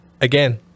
again